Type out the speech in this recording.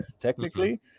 technically